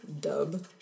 Dub